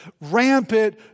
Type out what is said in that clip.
rampant